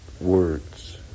words